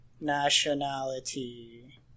Nationality